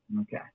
Okay